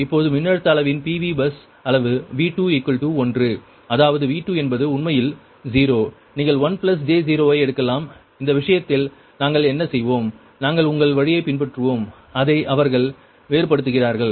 இப்போது மின்னழுத்த அளவின் PV பஸ் அளவு V2 ஒன்று அதாவது V2 என்பது உண்மையில் 0 நீங்கள் 1 j 0 ஐ எடுக்கலாம் இந்த விஷயத்தில் நாங்கள் என்ன செய்வோம் நாங்கள் உங்கள் வழியைப் பின்பற்றுவோம் அதை அவர்கள் வேறுபடுத்துகிறார்கள்